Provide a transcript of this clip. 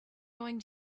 going